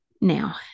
now